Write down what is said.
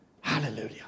Hallelujah